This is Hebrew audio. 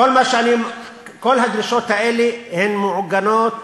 כל הדרישות האלה מעוגנות